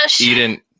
Eden